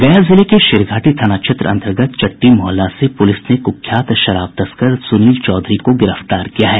गया जिले के शेरघाटी थाना क्षेत्र अन्तर्गत चट्टी मोहल्ला से पुलिस ने कुख्यात शराब तस्कर सुनील चौधरी को गिरफ्तार किया है